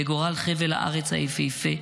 לגורל חבל הארץ היפהפה,